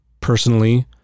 Personally